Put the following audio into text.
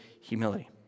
humility